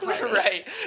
Right